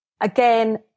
again